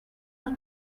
her